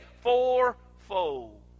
fourfold